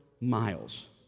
miles